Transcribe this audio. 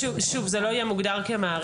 שוב, זה לא יהיה מוגדר כמעריך.